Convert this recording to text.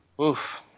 oof